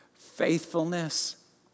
faithfulness